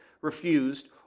refused